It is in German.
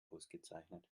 ausgezeichnet